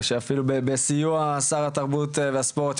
אפילו בסיוע שר התרבות והספורט,